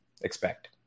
expect